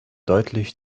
deutlich